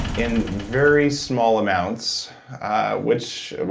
in very small amounts which, well,